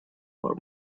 for